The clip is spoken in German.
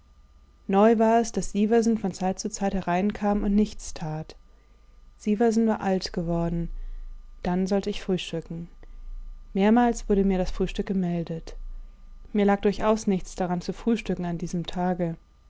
neu war es daß sieversen von zeit zu zeit hereinkam und nichts tat sieversen war alt geworden dann sollte ich frühstücken mehrmals wurde mir das frühstück gemeldet mir lag durchaus nichts daran zu frühstücken an diesem tage